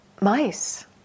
Mice